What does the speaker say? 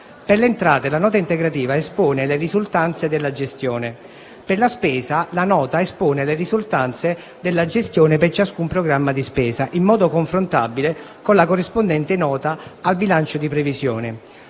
Per le entrate, la nota integrativa espone le risultanze della gestione; per la spesa, la nota espone le risultanze della gestione per ciascun programma di spesa, in modo confrontabile con la corrispondente nota al bilancio di previsione.